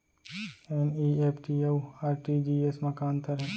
NEFT अऊ RTGS मा का अंतर हे?